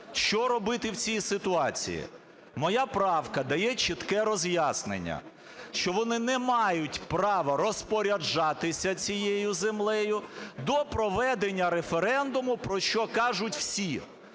що робити в цій ситуації? Моя правка дає чітке роз'яснення, що вони не мають права розпоряджатися цією землею до проведення референдуму, про що кажуть всі.